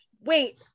wait